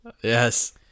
Yes